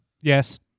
Yes